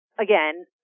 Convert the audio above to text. again